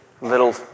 little